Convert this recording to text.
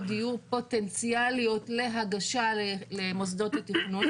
דיור פוטנציאליות להגשה למוסדות התכנון,